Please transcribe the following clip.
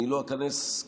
אני לא איכנס לזה,